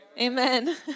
Amen